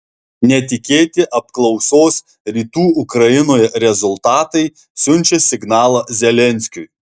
netikėti apklausos rytų ukrainoje rezultatai siunčia signalą zelenskiui